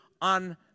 on